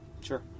sure